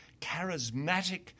charismatic